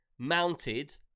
mounted